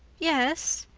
yes.